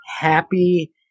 happy-